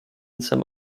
some